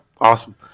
awesome